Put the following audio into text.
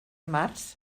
març